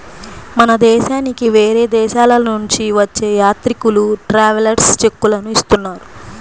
మన దేశానికి వేరే దేశాలనుంచి వచ్చే యాత్రికులు ట్రావెలర్స్ చెక్కులనే ఇస్తున్నారు